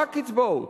רק קצבאות.